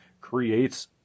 creates